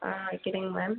ஆ வைக்கிறேங்க மேம்